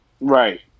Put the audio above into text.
Right